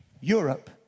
Europe